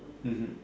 mmhmm